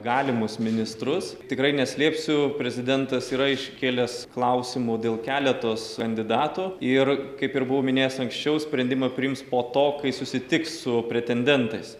galimus ministrus tikrai neslėpsiu prezidentas yra iškėlęs klausimų dėl keletos kandidatų ir kaip ir buvau minėjęs anksčiau sprendimą priims po to kai susitiks su pretendentais